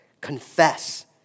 confess